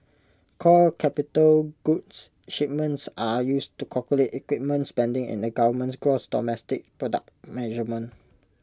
core capital goods shipments are used to calculate equipment spending in the government's gross domestic product measurement